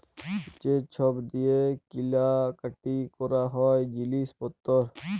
যে ছব দিঁয়ে কিলা কাটি ক্যরা হ্যয় জিলিস পত্তর